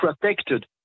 protected